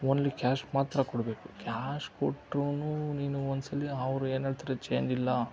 only cash ಮಾತ್ರ ಕೊಡಬೇಕು cash ಕೊಟ್ರೂ ನೀನು ಒಂದ್ಸಲ ಅವ್ರು ಏನು ಹೇಳ್ತಾರೆ ಚೇಂಜ್ ಇಲ್ಲ